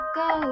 go